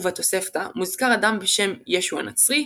ובתוספתא מוזכר אדם בשם ישו הנוצרי,